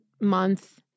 month